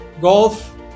golf